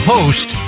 Host